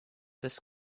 this